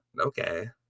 Okay